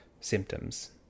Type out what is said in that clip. symptoms